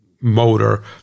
motor